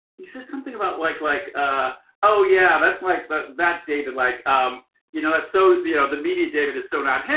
you said something about like, like ah oh yeah that's like but that david, like um you know that's so, you know, the media david is so not him.